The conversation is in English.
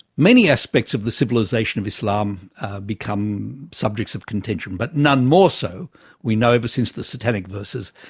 many aspects of the civilisation of islam become subjects of contention but none more so we know, ever since the satanic verses,